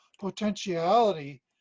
potentiality